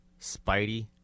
Spidey